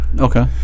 Okay